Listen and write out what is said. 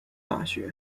大学